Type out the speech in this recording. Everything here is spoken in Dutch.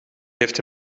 heeft